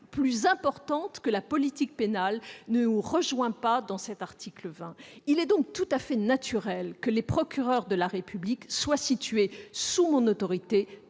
plus importante que la politique pénale de notre Nation ? Il est donc tout à fait naturel que les procureurs de la République soient situés sous mon autorité